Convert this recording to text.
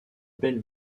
belle